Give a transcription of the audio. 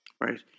Right